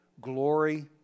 glory